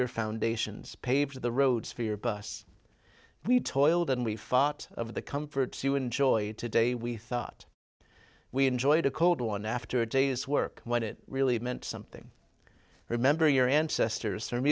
your foundations pave the roads for your bus we toiled and we fart of the comforts you enjoyed today we thought we enjoyed a cold one after a day's work when it really meant something to remember your ancestors from